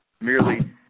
merely